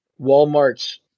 Walmart's